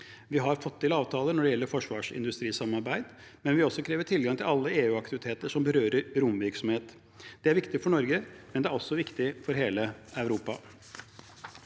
Vi har fått til avtaler når det gjelder forsvarsindustrisamarbeid, men vi bør også kreve tilgang til alle EU-aktiviteter som berører romvirksomhet. Det er viktig for Norge, men det er også viktig for hele Europa.